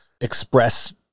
express